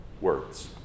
words